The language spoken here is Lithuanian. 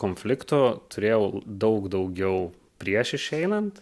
konfliktų turėjau daug daugiau prieš išeinant